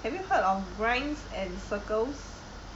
have you heard of grinds and circles